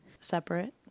separate